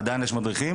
עדיין יש מדריכים,